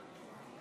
המחנה